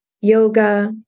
yoga